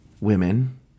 women